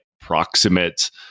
proximate